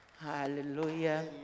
Hallelujah